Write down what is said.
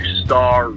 star